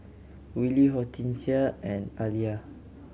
Willie Hortencia and Aaliyah